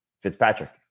Fitzpatrick